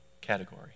category